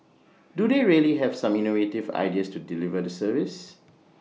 do they really have some innovative ideas to deliver the service